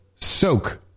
Soak